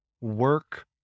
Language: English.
work